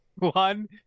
One